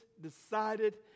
decided